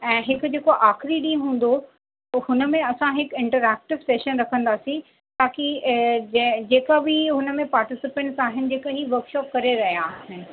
ऐं हिकु जेको आख़िरी ॾींहं हूंदो हुन में असां हिकु इंटरएक्टिव सेशन रखंदासीं ताकि जंहिं जेका बि हुन में पार्टिसिपंट्स आहिनि जेका ही वर्कशॉप करे रहिया आहिनि